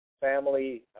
family